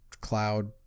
cloud